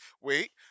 Wait